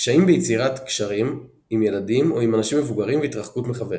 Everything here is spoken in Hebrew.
קשיים ביצירת קשרים עם ילדים או עם אנשים מבוגרים והתרחקות מחברים.